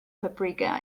paprika